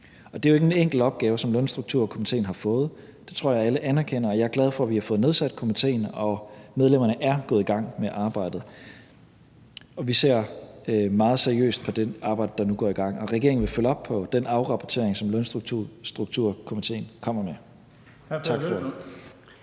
Det er jo ikke en enkel opgave, som Lønstrukturkomitéen har fået – det tror jeg alle anerkender – og jeg er glad for, at vi har fået nedsat komitéen. Medlemmerne er gået i gang med arbejdet, og vi ser meget seriøst på det arbejde, der nu går i gang, og regeringen vil følge op på den afrapportering, som Lønstrukturkomitéen kommer med. Tak for ordet.